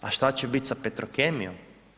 A što će biti sa petrokemijom?